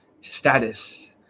status